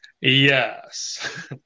Yes